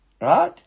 Right